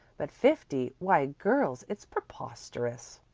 but fifty why, girls, it's preposterous!